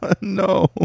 No